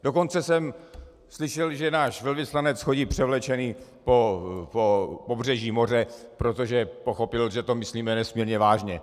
Dokonce jsem slyšel, že náš velvyslanec chodí převlečený po pobřeží moře, protože pochopil, že to myslíme nesmírně vážně.